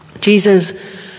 Jesus